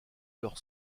leur